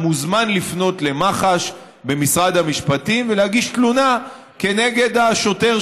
הוא מוזמן לפנות למח"ש במשרד המשפטים ולהגיש תלונה נגד השוטר